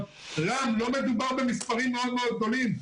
רם, לא מדובר במספרים מאוד מאוד גדולים.